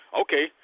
okay